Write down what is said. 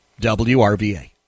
WRVA